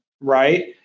right